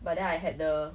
but then I had the